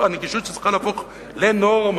הנגישות שצריכה להפוך לנורמה,